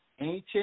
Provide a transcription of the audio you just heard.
ancient